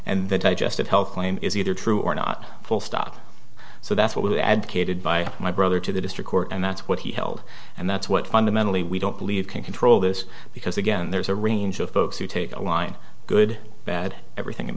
and the digestive health claim is either true or not full stop so that's what we were advocated by my brother to the district court and that's what he held and that's what fundamentally we don't believe can control this because again there's a range of folks who take a line good bad everything in